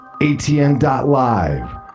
ATN.live